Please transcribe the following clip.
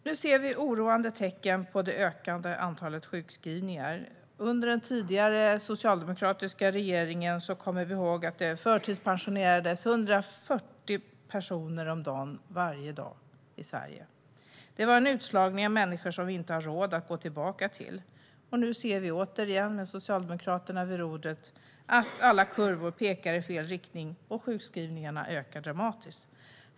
Nu ser vi oroande tecken på ett ökande antal sjukskrivningar. Vi kommer ihåg att det under den tidigare socialdemokratiska regeringen förtidspensionerades 140 personer varje dag i Sverige. Det var en utslagning av människor som vi inte har råd att gå tillbaka till. Vi ser nu återigen med Socialdemokraterna vid rodret att alla kurvor pekar i fel riktning och att sjukskrivningarna ökar dramatiskt.